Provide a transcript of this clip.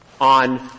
on